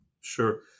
Sure